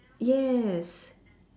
yes